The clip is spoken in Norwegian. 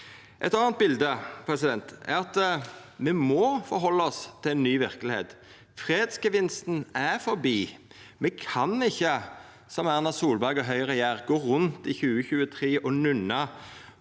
Eit anna bilde er at me må forhalda oss til ei ny verkelegheit. Fredsgevinsten er forbi. Me kan ikkje, som Erna Solberg og Høgre gjer, gå rundt i 2023 og nynna